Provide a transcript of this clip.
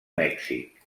mèxic